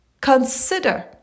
Consider